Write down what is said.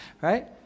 right